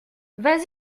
vas